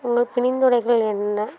உங்கள் பணிந்துரைகள் என்ன